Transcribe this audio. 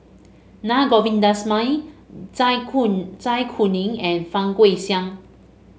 Na Govindasamy Zai Zai Kuning and Fang Guixiang